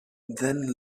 then